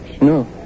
No